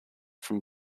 from